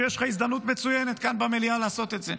שיש לך כאן במליאה הזדמנות מצוינת לעשות את זה.